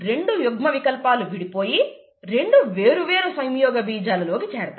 రెండు యుగ్మవికల్పాలు విడిపోయి రెండు వేరు వేరు సంయోగబీజాల లో కి చేరతాయి